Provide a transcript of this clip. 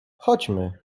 chodźmy